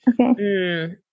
Okay